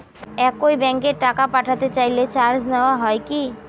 একই ব্যাংকে টাকা পাঠাতে চাইলে চার্জ নেওয়া হয় কি?